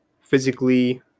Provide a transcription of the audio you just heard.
physically